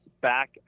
back